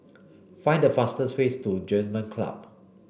find the fastest ways to German Club